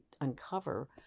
uncover